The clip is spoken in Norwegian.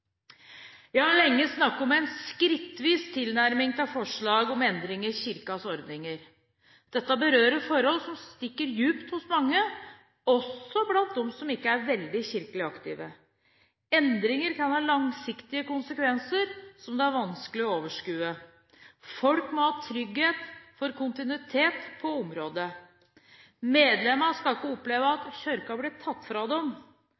Jeg har lenge snakket om en skrittvis tilnærming til forslag om endringer i Kirkens ordninger. Dette berører forhold som stikker dypt hos mange, også blant dem som ikke er veldig kirkelig aktive. Endringene kan ha langsiktige konsekvenser som det er vanskelig å overskue. Folk må ha trygghet for kontinuitet på området. Medlemmene skal ikke oppleve at Kirken blir tatt fra dem.